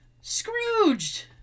Scrooged